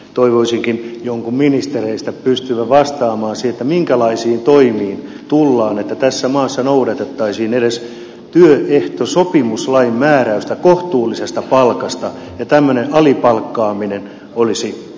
toivoisinkin jonkun ministereistä pystyvän vastaamaan siihen minkälaisiin toimiin tullaan että tässä maassa noudatettaisiin edes työehtosopimuslain määräystä kohtuullisesta palkasta ja tämmöinen alipalkkaaminen olisi kiellettyä